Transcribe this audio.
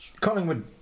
Collingwood